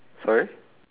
sorry